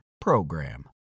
PROGRAM